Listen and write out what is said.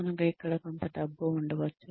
మనకు ఇక్కడ కొంత డబ్బు ఉండవచ్చు